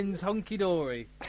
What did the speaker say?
hunky-dory